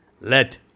Let